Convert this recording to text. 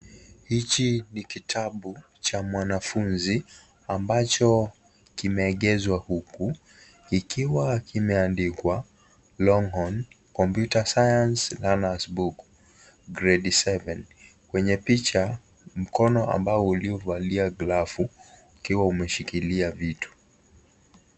Hichi ni kitabu cha mwanafunzi ambacho kimeegezwa huku. Ikiwa kimeandikwa longhorn computer science learner`s book grade seven . Kwenye picha, mkono ambao uliovalia glavu ukiwa umeshikilia vitu.